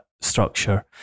structure